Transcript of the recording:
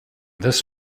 this